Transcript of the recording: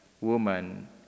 woman